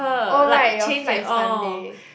oh right your flight is Sunday